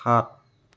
সাত